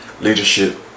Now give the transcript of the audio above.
leadership